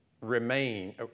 remain